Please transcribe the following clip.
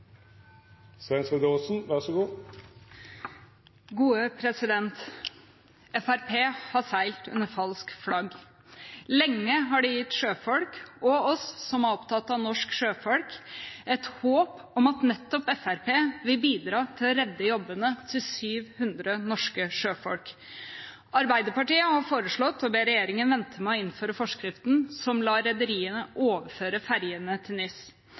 opptatt av norske sjøfolk, et håp om at nettopp Fremskrittspartiet ville bidra til å redde jobbene til 700 norske sjøfolk. Arbeiderpartiet har foreslått å be regjeringen vente med å innføre forskriften som lar rederiene overføre ferjene til NIS.